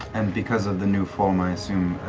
and because of the new form, i assume